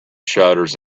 shutters